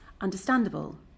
understandable